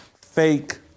Fake